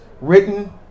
written